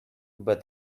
but